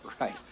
Right